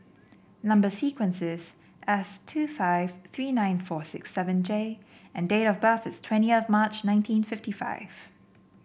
number sequence is S two five three nine four six seven J and date of birth is twenty of March nineteen fifty five